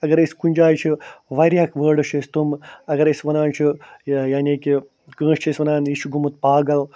اگر أسۍ کُنہِ جاے چھِ وارِیاہ وٲڈٕس چھِ أسۍ تِم اگر أسۍ وَنان چھِ یعنی کہِ کٲنٛسہِ چھِ أسۍ وَنان یہِ چھُ گوٚمُت پاگل